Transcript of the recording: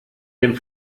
dem